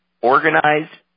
organized